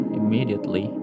immediately